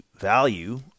value